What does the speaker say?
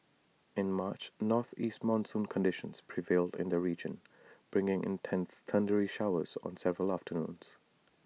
in March northeast monsoon conditions prevailed in the region bringing intense thundery showers on several afternoons